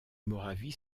moravie